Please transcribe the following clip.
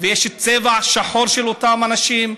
ויש צבע שחור של אותם אנשים,